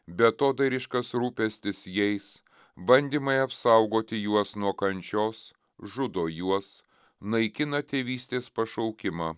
beatodairiškas rūpestis jais bandymai apsaugoti juos nuo kančios žudo juos naikina tėvystės pašaukimą